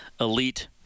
Elite